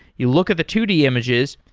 you look at the two d images,